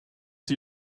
sie